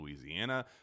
Louisiana